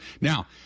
Now